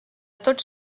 tots